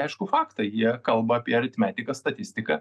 aiškų faktą jie kalba apie aritmetiką statistiką